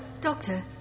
Doctor